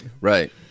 Right